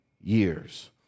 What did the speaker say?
years